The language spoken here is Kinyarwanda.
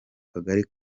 kagari